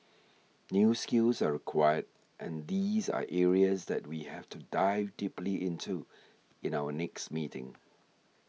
new skills are required and these are areas that we have to dive deeply into in our next meeting